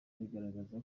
rigaragaza